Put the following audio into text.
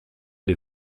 des